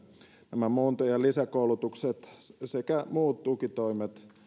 nämä muunto ja lisäkoulutukset sekä muut tukitoimet